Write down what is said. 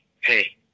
hey